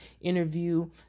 interview